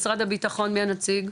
משרד הביטחון, מי הנציג?